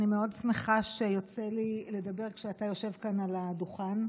אני מאוד שמחה שיוצא לי לדבר כשאתה יושב כאן על הדוכן.